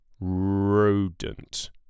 rodent